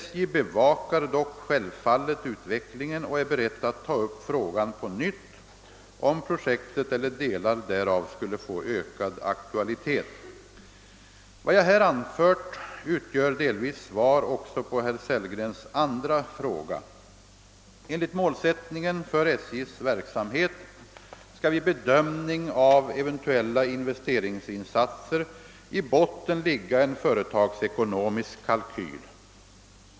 SJ bevakar dock självfallet utvecklingen och är redo att ta upp frågan på nytt om projektet eller delar därav skulle få ökad aktualitet. Vad jag här anfört utgör delvis svar också på herr Sellgrens andra fråga. Enligt målsättningen för SJ:s verksamhet skall vid bedömning av eventuella investeringsinsatser i botten ligga en företagsekonomisk kalkyl.